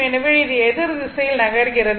எனவே இது எதிர் திசையில் நகர்கிறது